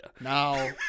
Now